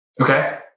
Okay